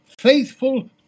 faithful